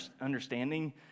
understanding